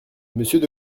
monsieur